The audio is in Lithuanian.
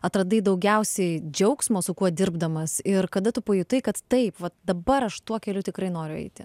atradai daugiausiai džiaugsmo su kuo dirbdamas ir kada tu pajutai kad taip va dabar aš tuo keliu tikrai noriu eiti